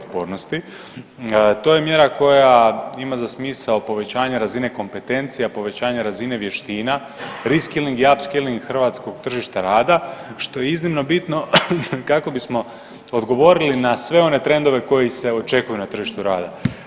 To je mjera koja ima za smisao povećanje razine kompetencija, povećanje razine vještina… [[Govornik se ne razumije]] hrvatskog tržišta rada, što je iznimno bitno kako bismo odgovorili na sve one trendove koji se očekuju na tržištu rada.